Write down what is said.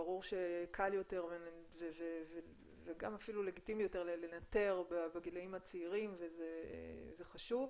ברור שקל יותר וגם אפילו לגיטימי יותר לנטר בגילאים הצעירים וזה חשוב,